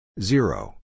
Zero